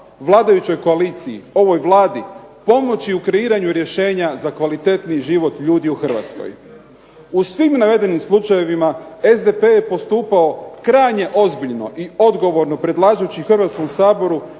vladajućoj koaliciji, ovoj Vladi, pomoći u kreiranju rješenja za kvalitetniji život ljudi u Hrvatskoj. U svim navedenim slučajevima SDP je postupao krajnje ozbiljno i odgovorno predlažući Hrvatskom saboru